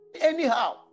Anyhow